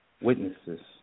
witnesses